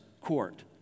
court